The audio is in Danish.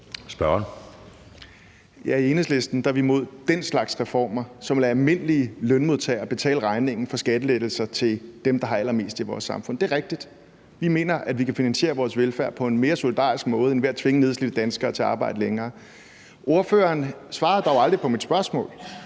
i Enhedslisten er vi imod den slags reformer, som lader almindelige lønmodtagere betale regningen for skattelettelser til dem, der har allermest i vores samfund. Det er rigtigt. Vi mener, at vi kan finansiere vores velfærd på en mere solidarisk måde end ved at tvinge nedslidte danskere til at arbejde længere. Ordføreren svarede dog aldrig på mit spørgsmål.